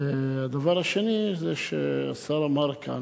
הדבר השני זה שהשר אמר כאן,